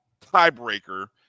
tiebreaker